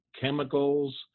chemicals